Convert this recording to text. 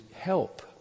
help